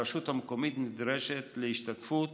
הרשות המקומית נדרשת להשתתפות